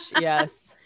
yes